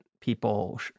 people